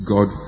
God